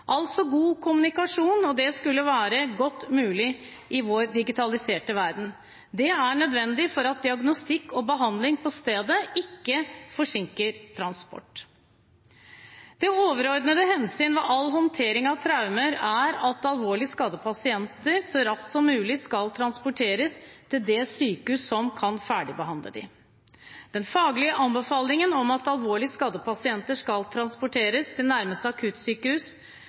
altså ved god kommunikasjon, og det skulle være godt mulig i vår digitaliserte verden. Det er nødvendig for at diagnostikk og behandling på stedet ikke forsinker transporten. Det overordnede hensynet ved all håndtering av traumer er at alvorlig skadde pasienter så raskt som mulig skal transporteres til det sykehuset som kan ferdigbehandle dem. Den faglige anbefalingen om at alvorlig skadde pasienter skal transporteres til nærmeste akuttsykehus